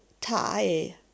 tie